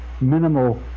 minimal